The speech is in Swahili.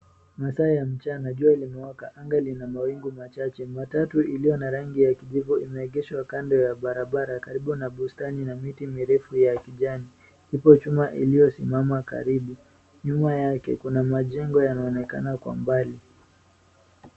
Masaa ya mchana, jua limewaka anga lina mawingu machache, matatu hii iliyo na rangi ya kijivu, imeegeshwa kando ya barabara karibu na bustani na miti mirefu ya kijani. Iko chuma iliyo simama karibu, nyuma yake kuna majengo yanaonekana kwa mbali.